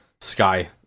sky